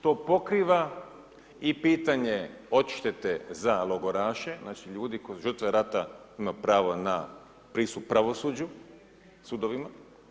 To pokriva i pitanje odštete za logoraše, znači ljude koji su žrtve rata, imaju pravo na pristup pravosuđu, sudovima.